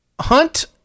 hunt